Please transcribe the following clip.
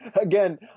again